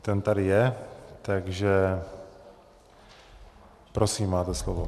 Ten tady je, takže prosím, máte slovo.